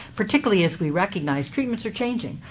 particularly as we recognize treatments are changing.